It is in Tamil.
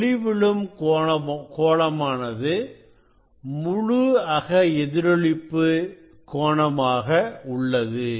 ஒளி விழும் கோணமானது முழு அக எதிரொளிப்பு கோணமாக உள்ளது